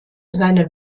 seine